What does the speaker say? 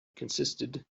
consisted